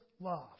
love